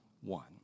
one